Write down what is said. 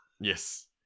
Yes